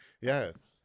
Yes